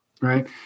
Right